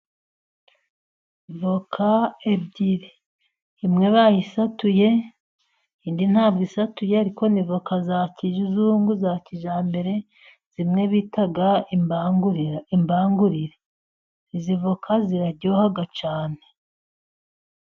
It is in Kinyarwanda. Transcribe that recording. Voka ebyiri. Imwe bayisatuye, indi ntabwo isatuye, ariko ni voka za kizungu, za kijyambere, zimwe bita imbangurire. Izi voka ziraryoha cyane.